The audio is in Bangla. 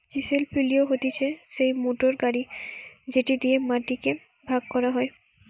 চিসেল পিলও হতিছে সেই মোটর গাড়ি যেটি দিয়া মাটি কে ভাগ করা হয়